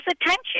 attention